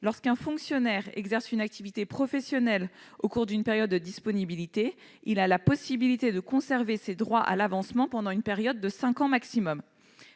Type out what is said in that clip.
lorsqu'un fonctionnaire exerce une activité professionnelle au cours d'une période de disponibilité, il a la possibilité de conserver ses droits à l'avancement pendant une période de cinq ans au maximum.